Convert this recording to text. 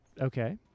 Okay